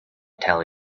tell